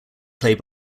play